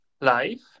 Life